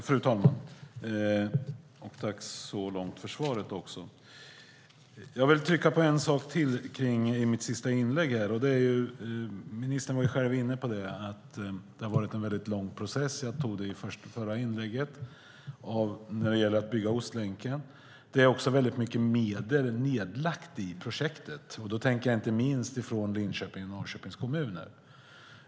Fru talman! Tack för svaret så här långt. Jag vill betona en sak till i mitt sista inlägg. Ministern var själv inne på att det har varit en väldigt lång process när det gäller att bygga Ostlänken. Jag nämnde det i mitt förra inlägg. Det är också väldigt mycket medel nedlagt i projektet. Jag tänker då inte minst på medel från Linköpings och Norrköpings kommuner.